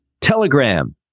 Telegram